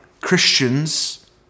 Christians